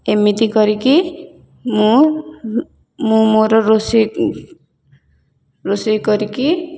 ଏମିତି କରିକି ମୁଁ ମୁଁ ମୋର ରୋଷେଇ ରୋଷେଇ କରିକି